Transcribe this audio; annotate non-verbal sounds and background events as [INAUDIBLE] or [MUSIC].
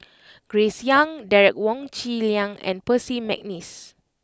[NOISE] Grace Young Derek Wong Zi Liang and Percy McNeice